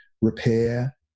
repair